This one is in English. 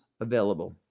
available